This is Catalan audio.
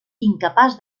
incapaç